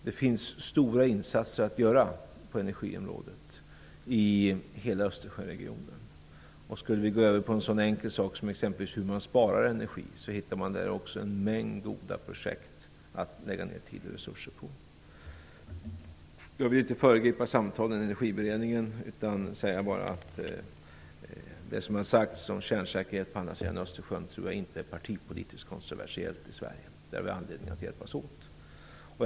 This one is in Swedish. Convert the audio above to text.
Det finns stora insatser att göra på energiområdet i hela Östersjöregionen. Om vi skulle gå över på en sådan enkel sak som exempelvis hur man sparar energi, skulle vi också där hitta en mängd goda projekt att lägga ned tid och resurser på. Jag vill inte föregripa samtalen i energiberedningen, utan bara säga att jag inte tror att det som har sagts om kärnsäkerhet på andra sidan Östersjön är partipolitiskt kontroversiellt i Sverige. Vi har anledning att hjälpas åt med detta.